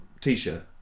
t-shirt